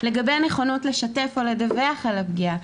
לגבי הנכונות לשתף או לדווח על הפגיעה,